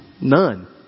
None